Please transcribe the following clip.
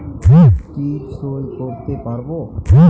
টিপ সই করতে পারবো?